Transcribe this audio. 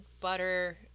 butter